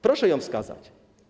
Proszę ją wskazać.